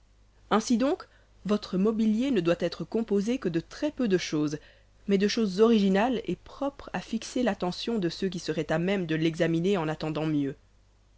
ainsi donc votre mobilier ne doit être composé que de très-peu de choses mais de choses originales et propres à fixer l'attention de ceux qui seraient à même de l'examiner en attendant mieux